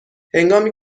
هنگامی